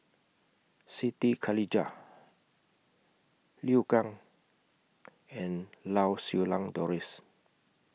Siti Khalijah Liu Kang and Lau Siew Lang Doris